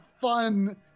fun